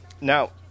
now